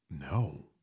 No